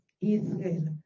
Israel